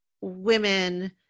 women